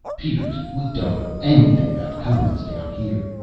peters, we don't know anything about comets, down here.